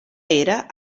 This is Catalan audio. era